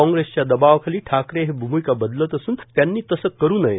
कॉग्रेसच्या दबावाखाली ठाकरे हे भूमिका बदलत असून त्यांनी तसे करु नये